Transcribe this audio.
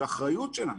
זו אחריות שלנו.